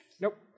Nope